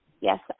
Yes